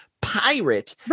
pirate